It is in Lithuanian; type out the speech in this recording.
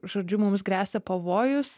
žodžiu mums gresia pavojus